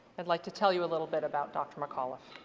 i'd like to tell you a little bit about dr. mcauliffe.